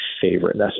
favorite